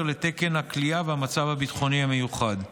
לתקן הכליאה והמצב הביטחוני המיוחד.